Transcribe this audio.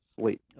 sleep